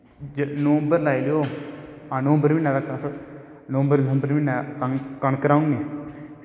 नवंबर लाई लैओ नवंबर महीनै तक अस नवंबर दिसंबर म्हीनैं कलक रहानें